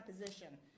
position